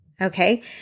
Okay